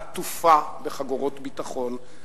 עטופה בחגורות ביטחון,